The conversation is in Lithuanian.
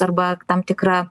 arba tam tikra